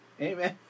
Amen